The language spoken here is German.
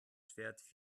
schwert